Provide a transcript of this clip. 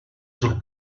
sul